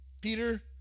Peter